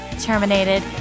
Terminated